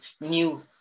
new